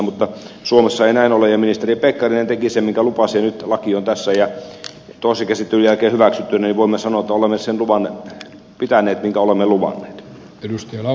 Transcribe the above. mutta suomessa ei näin ole ja ministeri pekkarinen teki sen minkä lupasi ja nyt laki on tässä ja toisen käsittelyn jälkeen hyväksytty niin että voimme sanoa että olemme sen pitäneet minkä olemme luvanneet